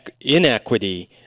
inequity